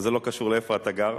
וזה לא קשור לאיפה אתה גר.